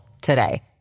today